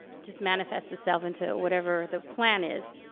just manifests itself into whatever the plan is.